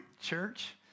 church